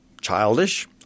childish